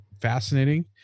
fascinating